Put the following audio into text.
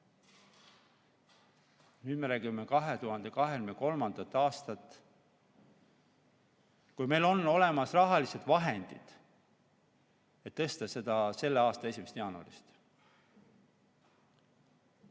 Nüüd me räägime 2023. aastast, kuigi meil on olemas rahalised vahendid, et tõsta seda selle aasta 1. jaanuarist.